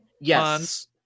Yes